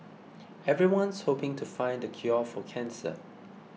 everyone's hoping to find the cure for cancer